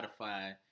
Spotify